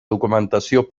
documentació